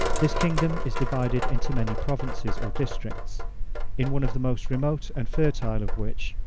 this kingdom is divided into many provinces or districts in one of the most remote and fertile of which,